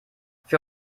für